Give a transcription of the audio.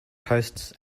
posts